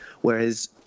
Whereas